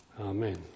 Amen